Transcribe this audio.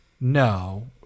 No